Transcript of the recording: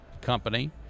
company